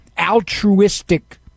altruistic